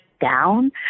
down